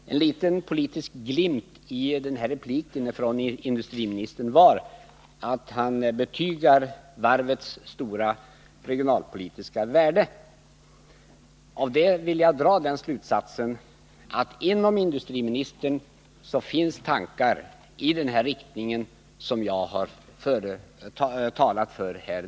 Herr talman! En liten positiv glimt i den här repliken från industriministern var att han betygade varvets stora regionalpolitiska värde. Av detta vill jag dra den slutsatsen att det hos industriministern finns tankar i den riktning som jag har talat för här.